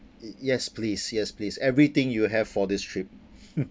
y~ yes please yes please everything you have for this trip